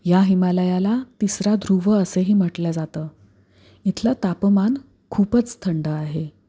या हिमालयाला तिसरा ध्रुव असंही म्हटलं जातं इथलं तापमान खूपच थंड आहे